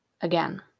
Again